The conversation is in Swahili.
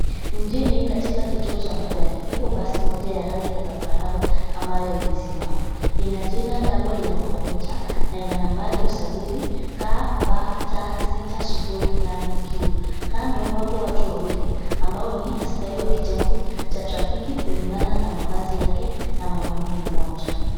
Mjini, katika kituo cha magari, kuna basi moja ya rangi ya zambarau ambayo imesimama. Ina jina "Double M Commuter" na ina nambari ya usajili KAA 608Q. Pembeni, wapo watu wawili — mmoja akiwa askari wa trafiki kulingana na sare yake, na mwanaume mwingine ambaye huenda ni dereva au abiria.